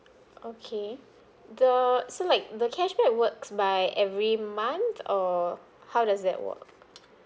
okay the so like the cashback works by every month or how does that work